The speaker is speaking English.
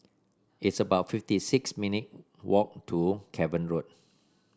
it's about fifty six minute walk to Cavan Road